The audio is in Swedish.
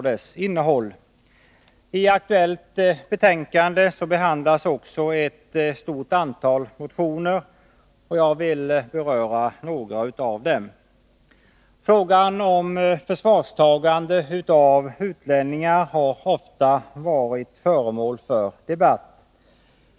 T aktuellt betänkande behandlas också ett stort antal motioner, och jag vill beröra några av dem. Frågan om förvarstagande av utlänningar har ofta varit föremål för debatt.